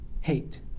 hate